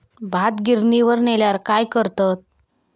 भात गिर्निवर नेल्यार काय करतत?